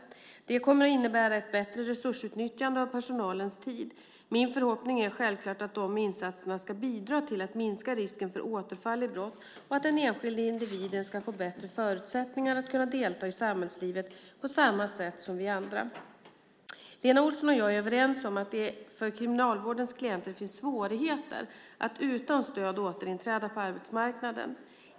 Det kommer att innebära ett bättre resursutnyttjande av personalens tid. Min förhoppning är självklart att dessa insatser ska bidra till att minska risken för återfall i brott och att den enskilde individen ska få bättre förutsättningar att kunna delta i samhällslivet på samma sätt som vi andra. Lena Olsson och jag är överens om att det för kriminalvårdens klienter finns svårigheter att utan stöd återinträda på arbetsmarknaden.